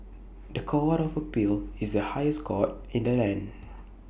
The Court of appeal is the highest court in the land